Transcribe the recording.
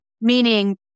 meaning